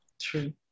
true